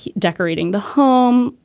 decorating the home.